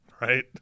right